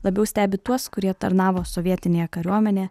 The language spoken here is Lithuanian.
labiau stebi tuos kurie tarnavo sovietinėje kariuomenėje